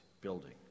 building